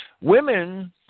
women